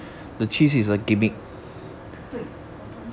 对我同意